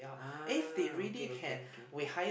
ah okay okay okay